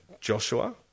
Joshua